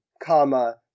comma